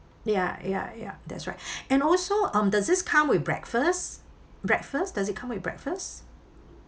ya ya ya that's right and also um does this come with breakfast breakfast does it come with breakfast